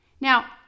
Now